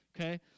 okay